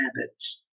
habits